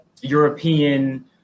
European